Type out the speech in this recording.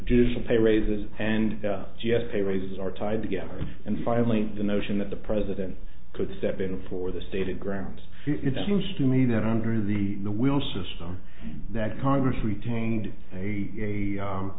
just pay raises and g s pay raises are tied together and finally the notion that the president could step in for the state it grounds it seems to me that under the will system that congress retained a